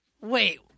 wait